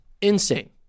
insane